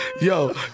Yo